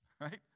Right